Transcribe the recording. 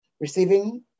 receiving